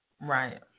Right